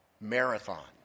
marathon